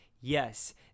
yes